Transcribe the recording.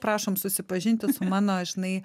prašom susipažinti su mano žinai